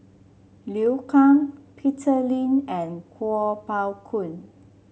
Liu Kang Peter Lee and Kuo Pao Kun